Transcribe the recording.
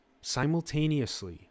simultaneously